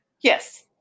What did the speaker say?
yes